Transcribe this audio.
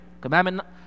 commandment